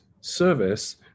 service